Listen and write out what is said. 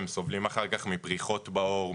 הם סובלים אחר כך מפריחות בעור,